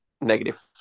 Negative